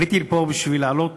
עליתי לפה בשביל להעלות